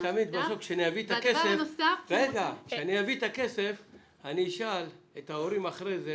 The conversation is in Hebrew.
בסוף כשאני אביא את הכסף אני אשאל את ההורים אחר כך